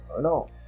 no